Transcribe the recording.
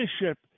leadership